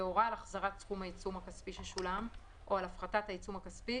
והורה על החזרת סכום העיצום הכספי ששולם או על הפחתת העיצום הכספי,